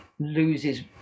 loses